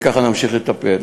וכך נמשיך לטפל.